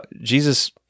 Jesus